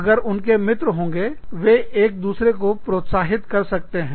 अगर उनके मित्र होंगे वे एक दूसरे को प्रोत्साहित कर सकते हैं